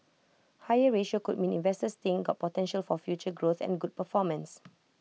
higher ratio could mean investors think got potential for future growth and good performance